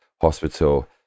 Hospital